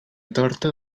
torta